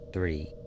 Three